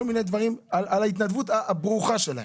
מיני דברים על ההתנדבות הברוכה שלהם.